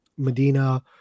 Medina